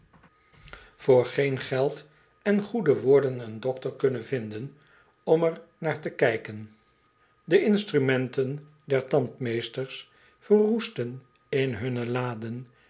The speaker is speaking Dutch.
voor arcadisch londen geen geld en goede woorden een dokter kunnen vinden om er naar te kijken de instrumenten der tand meesters verroesten in hunne laden